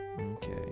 Okay